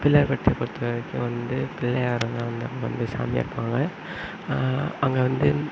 பிள்ளையார் பட்டியை பொறுத்த வரைக்கும் வந்து பிள்ளையாரை தான் வந்து சாமியாக இருப்பாங்க அங்கே வந்து